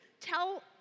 tell